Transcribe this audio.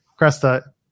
Cresta